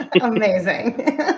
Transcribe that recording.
Amazing